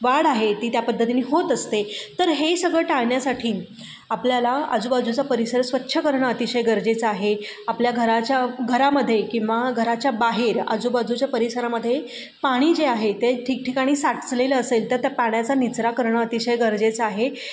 वाढ आहे ती त्या पद्धतीनी होत असते तर हे सगळं टाळण्यासाठी आपल्याला आजूबाजूचा परिसर स्वच्छ करणं अतिशय गरजेचं आहे आपल्या घराच्या घरामध्ये किंवा घराच्या बाहेर आजूबाजूच्या परिसरामध्ये पाणी जे आहे ते ठिकठिकाणी साचलेलं असेल तर त्या पाण्याचा निचरा करणं अतिशय गरजेचं आहे